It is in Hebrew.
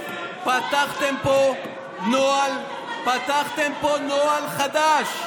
פתחתם פה נוהל חדש.